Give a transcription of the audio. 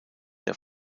der